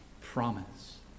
promise